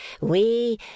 We